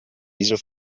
diesem